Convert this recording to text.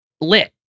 Lit